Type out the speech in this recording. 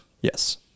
Yes